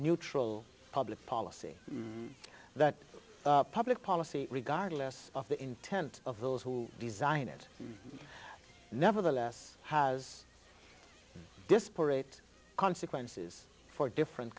neutral public policy that public policy regardless of the intent of those who design it nevertheless has disparate consequences for different